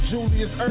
Julius